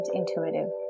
intuitive